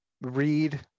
read